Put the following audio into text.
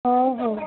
ହଉ ହଉ